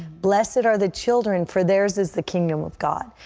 blessed are the children, for theirs is the kingdom of god.